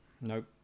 Nope